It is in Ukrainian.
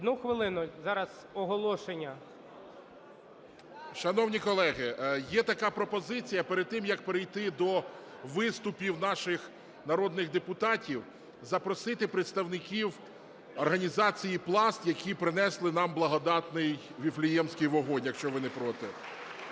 Одну хвилину, зараз оголошення. 10:09:41 СТЕФАНЧУК Р.О. Шановні колеги, є така пропозиція. Перед тим, як перейти до виступів наших народних депутатів, запросити представників організації Пласт, які принесли нам Благодатний Вифлеємський вогонь, якщо ви не проти.